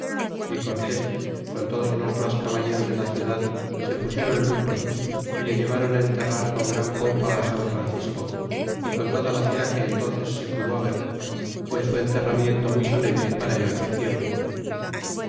y cortés con todos los mas caballeros de ja ciudad se pusiéron luto y le llevaron a enterrar con gran pompa á san francisco y recibiese los santos sacramentos y el toda la cera que entónces se pudo haber fué su enterramiento muy solene para en aquel tiempo